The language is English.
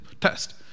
test